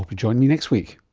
be joining you next week